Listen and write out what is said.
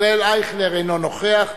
ישראל אייכלר, אינו נוכח.